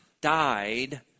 died